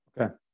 Okay